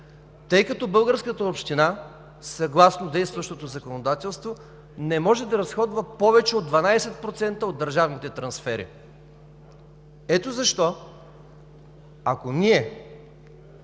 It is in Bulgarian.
тъй като българската община съгласно действащото законодателство, не може да разходва повече от 12% от държавните трансфери. Ето защо, ако ние